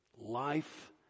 life